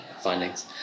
findings